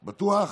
בטוח?